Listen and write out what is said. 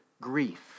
grief